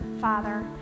father